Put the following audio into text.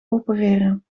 opereren